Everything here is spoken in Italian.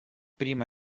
prima